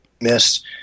missed